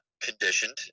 conditioned